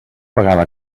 vegada